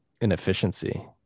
inefficiency